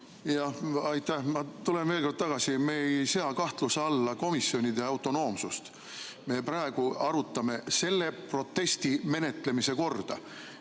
Aitäh! Ma tulen veel kord tagasi: me ei sea kahtluse alla komisjonide autonoomsust. Me praegu arutame selle protesti menetlemise korda